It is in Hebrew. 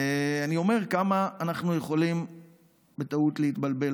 אני אומר כמה אנחנו יכולים בטעות להתבלבל